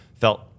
felt